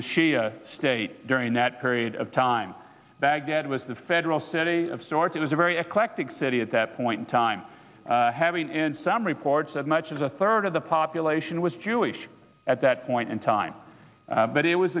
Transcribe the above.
the shia state during that period of time baghdad was the federal city of sorts it was a very eclectic city at that point in time having in some reports as much as a third of the population was jewish at that point in time but it was